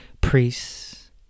priests